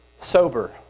sober